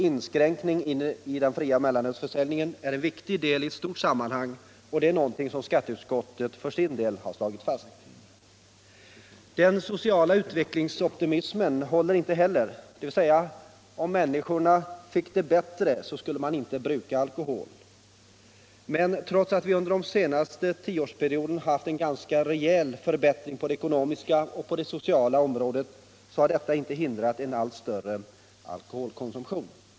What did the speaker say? Inskränkningar i den fria mellanölsförsäljningen är en viktig del i ett stort sammanhang, och det är någonting som skatteutskottet för sin del slår fast. Den socialt-ekonomiska utvecklingsoptimismen håller inte heller, dvs. om människorna fick det bättre så skulle de inte bruka alkohol. Trots att vi under den senaste tioårsperioden har fått en ganska rejäl förbättring på det ekonomiska och sociala området, har detta inte hindrat en allt större alkoholkonsumtion.